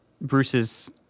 Bruce's –